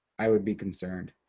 i would be concerned.